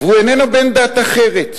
והוא איננו בן דת אחרת.